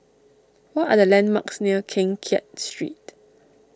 what are the landmarks near Keng Kiat Street